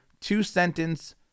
two-sentence